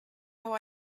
how